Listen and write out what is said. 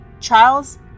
Charles